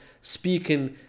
speaking